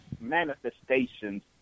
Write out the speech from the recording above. manifestations